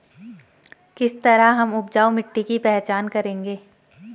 किस तरह हम उपजाऊ मिट्टी की पहचान करेंगे?